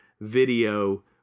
video